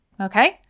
Okay